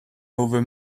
over